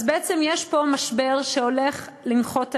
אז בעצם יש פה משבר שהולך לנחות עלינו.